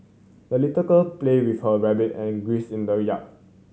the little girl play with her rabbit and geese in the yard